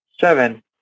Seven